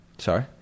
Sorry